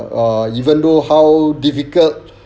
ah even though how difficult